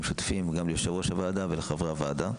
שוטפים גם ליושב-ראש הוועדה וגם לחברי הוועדה.